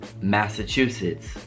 Massachusetts